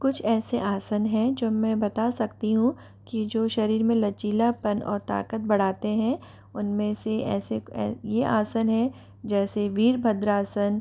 कुछ ऐसे आसन है जो मैं बता सकती हूँ कि जो शरीर में लचीलापन और ताकत बढ़ाते हैं उनमें से ऐसे ये आसन हैं जैसे वीरभद्रासन